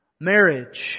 marriage